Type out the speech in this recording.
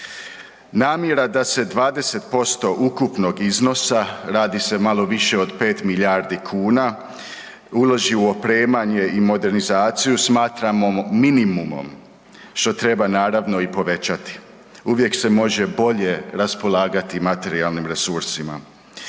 Namjera da se 20% ukupnog iznosa, radi se malo više od 5 milijardi kuna uloži u opremanje i modernizaciju, smatramo minimumom što treba naravno i povećati. Uvijek se može bolje raspolagati materijalnim resursima.